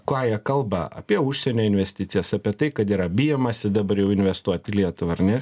ką jie kalba apie užsienio investicijas apie tai kad yra bijomasi dabar jau investuot į lietuvą ar ne